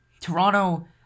Toronto